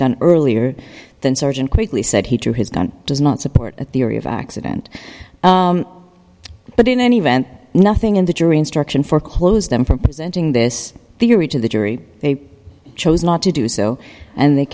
gun earlier than sergeant quickly said he drew his gun does not support the theory of accident but in any event nothing in the jury instruction for close them for presenting this theory to the jury they chose not to do so and they